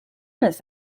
this